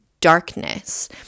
darkness